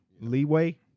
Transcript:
leeway